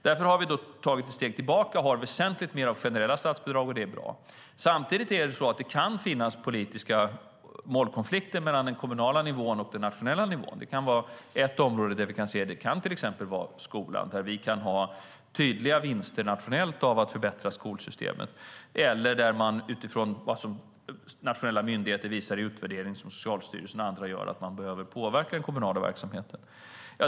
Därför har vi tagit ett steg tillbaka och har väsentligt mer av generella statsbidrag, vilket är bra. Samtidigt kan det finnas politiska målkonflikter mellan den kommunala och den nationella nivån. Vi kan till exempel få tydliga vinster nationellt av att förbättra skolsystemet, och utifrån utvärderingar som Socialstyrelsen och andra nationella myndigheter gör kan man behöva påverka den kommunala verksamheten.